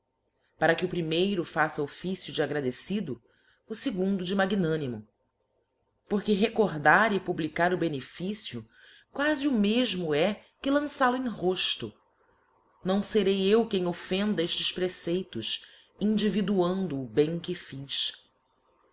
para que o primeiro faça officio de agradecido legundo de magnânimo porque recordar e publicar o neficio quafi o mefmo é que lançaí o em rofto não i eu quem offenda eftes preceitos individuando o rn que fiz